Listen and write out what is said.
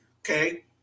Okay